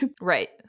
right